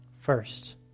first